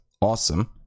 awesome